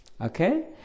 okay